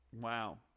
Wow